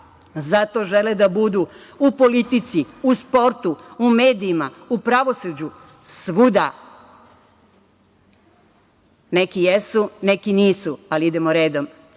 Zato žele da budu u politici, u sportu, u medijima, u pravosuđu, svuda. Neki jesu, neki nisu, ali idemo redom. Nikad